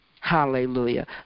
Hallelujah